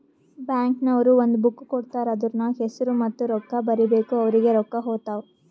bank ನವ್ರು ಒಂದ್ book ಕೊಡ್ತಾರ್ ಅದೂರ್ನಗ್ ಹೆಸುರ ಮತ್ತ ರೊಕ್ಕಾ ಬರೀಬೇಕು ಅವ್ರಿಗೆ ರೊಕ್ಕಾ ಹೊತ್ತಾವ್